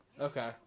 Okay